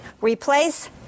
replace